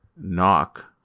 knock